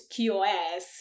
QoS